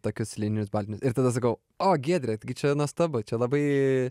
tokius lininius baltinius ir tada sakau o giedre gi čia nuostabu čia labai